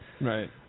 Right